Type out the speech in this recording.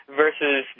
versus